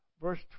verse